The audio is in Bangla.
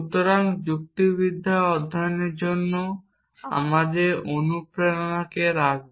সুতরাং যুক্তিবিদ্যা অধ্যয়নের জন্য আমাদের অনুপ্রেরণাকে রাখব